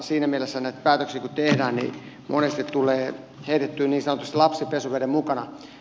siinä mielessä näitä päätöksiä kun tehdään niin monesti tulee heitettyä niin sanotusti lapsi pesuveden mukana